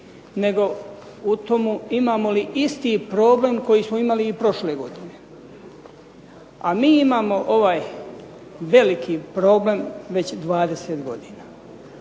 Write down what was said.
nego u tomu imamo li isti problem koji smo imali i prošle godine. A mi imamo ovaj veliki problem već 20 godina.